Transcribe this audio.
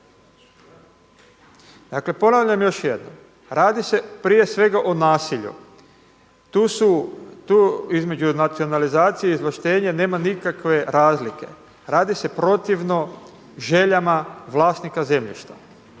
Dakle ponavljam još jednom. Radi se prije svega o nasilju. Tu između nacionalizacije i izvlaštenja nema nikakve razlike. Radi se protivno željama vlasnika zemljišta.